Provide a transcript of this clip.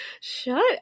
Shut